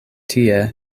tie